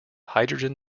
hydrogen